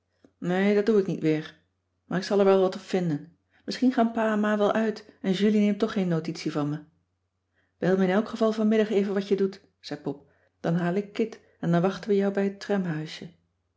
nee dat doe ik niet weer maar ik zal er wel wat op vinden misschien gaan pa en ma wel uit en julie neemt toch geen notitie van me bel me in elk geval vanmiddag even wat je doet zei pop dan haal ik kit en dan wachten we jou bij het tramhuisje